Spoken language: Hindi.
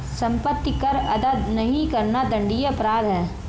सम्पत्ति कर अदा नहीं करना दण्डनीय अपराध है